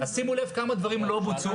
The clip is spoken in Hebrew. אז שימו לב כמה דברים לא בוצעו.